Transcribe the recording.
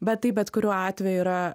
bet tai bet kuriuo atveju yra